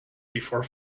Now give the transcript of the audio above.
before